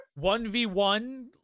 1v1